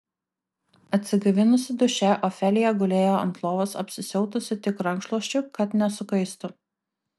atsigaivinusi duše ofelija gulėjo ant lovos apsisiautusi tik rankšluosčiu kad nesukaistų